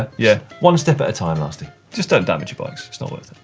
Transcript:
ah yeah. one step at a time, lasty. just don't damage your bikes, it's not worth it.